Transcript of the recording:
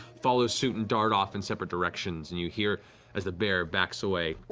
follow suit and dart off in separate directions, and you hear as the bear backs away,